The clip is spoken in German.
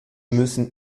müssen